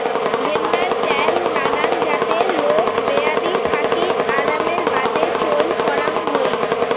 ভেন্নার ত্যাল নানান জাতের রোগ বেয়াধি থাকি আরামের বাদে চইল করাং হই